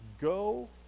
go